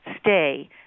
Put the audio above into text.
stay